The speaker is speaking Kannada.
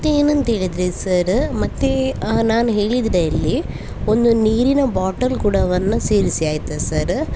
ಮತ್ತು ಏನಂತೇಳಿದರೆ ಸರ ಮತ್ತೆ ನಾನು ಹೇಳಿದರಲ್ಲಿ ಒಂದು ನೀರಿನ ಬಾಟಲ್ ಕೂಡವನ್ನು ಸೇರಿಸಿ ಆಯಿತಾ ಸರ